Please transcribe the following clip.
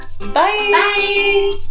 Bye